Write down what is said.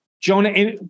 Jonah